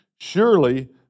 Surely